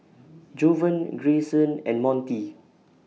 Jovan Grayson and Montie